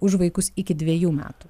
už vaikus iki dvejų metų